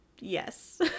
yes